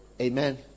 Amen